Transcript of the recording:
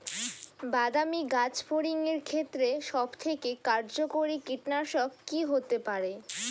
বাদামী গাছফড়িঙের ক্ষেত্রে সবথেকে কার্যকরী কীটনাশক কি হতে পারে?